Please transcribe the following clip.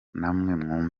namwe